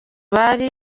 bari